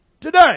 today